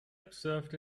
observed